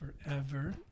Forever